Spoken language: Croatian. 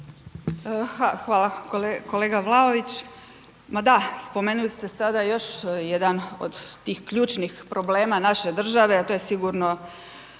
Hvala kolega Vlaović. Ma da, spomenuli ste sada još jedan od tih ključnih problema naše države, a to je sigurno